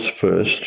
first